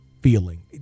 feeling